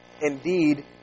Indeed